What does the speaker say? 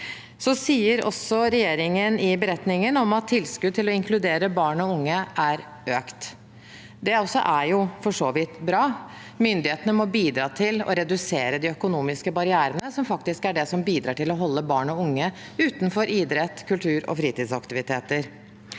sier også i beretningen at tilskuddet til å inkludere barn og unge er økt, og det er jo også for så vidt bra. Myndighetene må bidra til å redusere de økonomiske barrierene, som faktisk er det som bidrar til å holde barn og unge utenfor idrett, kultur og fritidsaktiviteter.